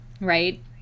right